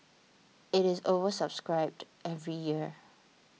it is oversubscribed every year